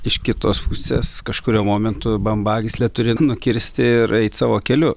iš kitos pusės kažkuriuo momentu bambagyslę turi nukirsti ir eit savo keliu